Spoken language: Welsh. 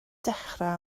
dechrau